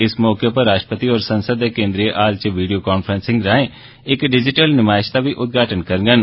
इस मौके उप्पर राष्ट्रपति होर संसद दे केन्द्रीय हाल च वीडियो कांफ्रैंसिंग राए इक डीजिटल नमैश दा बी उद्घाटन करडन